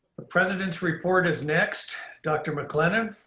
the president's report is next. dr. maclennan?